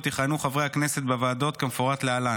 יכהנו חברי הכנסת בוועדות כמפורט להלן: